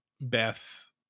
Beth